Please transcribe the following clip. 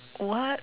what